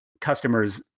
customers